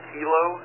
Kilo